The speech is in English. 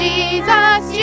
Jesus